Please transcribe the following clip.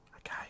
Okay